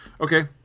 Okay